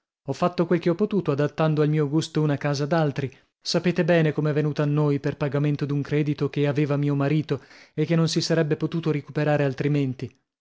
ho fatto quel che ho potuto adattando al mio gusto una casa d'altri sapete bene com'è venuta a noi per pagamento d'un credito che aveva mio marito e che non si sarebbe potuto ricuperare altrimenti